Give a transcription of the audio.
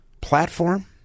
platform